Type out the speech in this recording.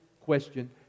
question